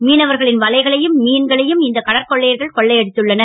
மீனவர்களின் வலைகளையும் மீன்களையும் இந்த கடற்கொள்ளையர்கள் கொள்ளையடித்துள்ளனர்